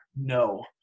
No